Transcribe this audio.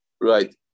Right